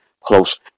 close